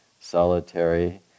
solitary